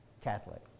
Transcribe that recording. Catholic